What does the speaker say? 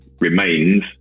remains